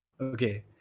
Okay